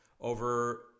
over